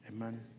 Amen